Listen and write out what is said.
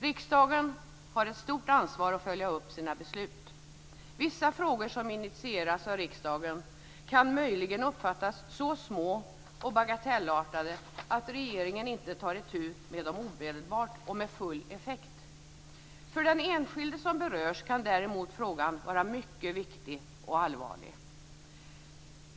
Riksdagen har ett stort ansvar för att följa upp sina beslut. Vissa frågor som initieras av riksdagen kan möjligen uppfattas som så små och bagatellartade att regeringen inte tar itu med dem omedelbart och med full effekt. För den enskilde som berörs kan däremot frågan vara mycket viktig och allvarlig.